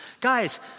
Guys